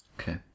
Okay